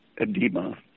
edema